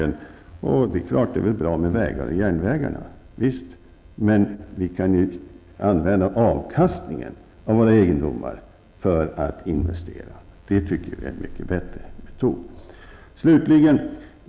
Naturligtvis är det bra med vägar och järnvägar, men vi skulle ju kunna använda avkastningen från våra egendomar till investering. Vi tycker det är en mycket bättre metod.